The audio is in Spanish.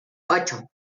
ocho